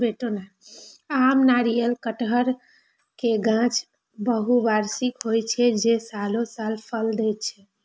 आम, नारियल, कहटर के गाछ बहुवार्षिक होइ छै, जे सालों साल फल दै छै